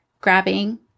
grabbing